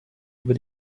über